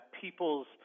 people's